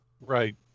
Right